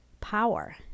power